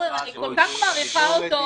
פורר, אני כל כך מעריכה אותו.